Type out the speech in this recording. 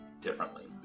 differently